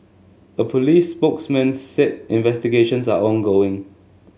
a police spokesman said investigations are ongoing